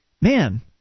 man